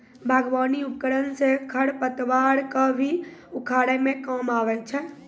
बागबानी उपकरन सँ खरपतवार क भी उखारै म काम आबै छै